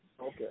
Okay